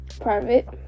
private